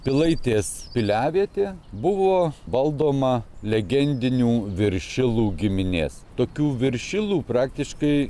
pilaitės piliavietė buvo valdoma legendinių viršilų giminės tokių viršilų praktiškai